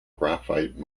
graphite